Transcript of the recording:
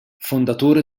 fondatore